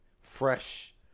Fresh